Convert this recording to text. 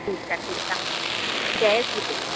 ठीकु आहे ठीकु आहे जय श्री कृष्ण